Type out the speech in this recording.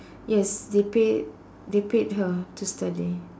yes they pay they paid her to study